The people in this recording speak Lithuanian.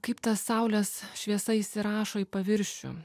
kaip ta saulės šviesa įsirašo į paviršių